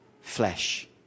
flesh